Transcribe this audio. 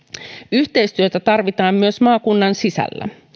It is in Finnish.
yhteistyötä tarvitaan myös maakunnan sisällä